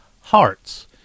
hearts